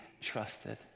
trusted